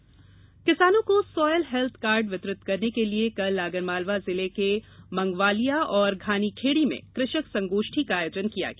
health card किसानों को soil health card वितरित करने के लिए कल आगरमालवा जिले के मंगवालिया और घानीखेड़ी में कृषक संगोष्ठी का आयोजन किया गया